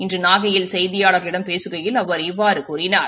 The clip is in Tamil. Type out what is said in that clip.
இன்று நகையில் செய்தியாளர்களிடம் பேசுகையில் அவர் இவ்வாறு கூறினார்